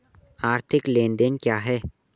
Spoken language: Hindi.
आर्थिक लेनदेन क्या है?